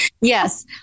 Yes